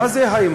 מה זה היימן?